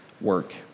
work